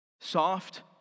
soft